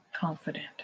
confident